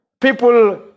people